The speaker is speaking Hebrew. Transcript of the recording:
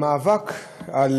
המאבק של